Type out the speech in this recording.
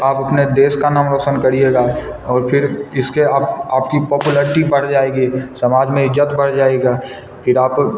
आप अपने देश का नाम रोशन करिएगा और फिर इस इसके आप आपकी पॉपुलैरिटी बढ़ जाएगी समाज में इज़्ज़त बढ़ जाएगी फिर आप